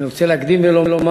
אני רוצה להקדים ולומר